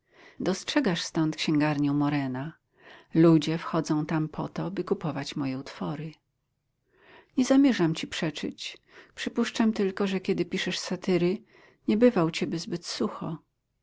dostrzegasz stąd księgarnię morena ludzie wchodzą tam po to by kupować moje utwory nie zamierzam ci przeczyć przypuszczam tylko że kiedy piszesz satyry nie bywa u ciebie zbyt sucho